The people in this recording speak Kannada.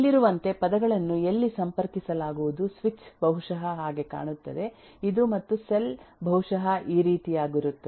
ಇಲ್ಲಿರುವಂತೆ ಪದಗಳನ್ನು ಎಲ್ಲಿ ಸಂಪರ್ಕಿಸಲಾಗುವುದು ಸ್ವಿಚ್ ಬಹುಶಃ ಹಾಗೆ ಕಾಣುತ್ತದೆ ಇದು ಮತ್ತು ಸೆಲ್ ಬಹುಶಃ ಈ ರೀತಿಯಾಗಿರುತ್ತದೆ